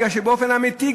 בגלל שבאופן אמיתי,